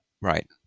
Right